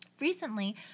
recently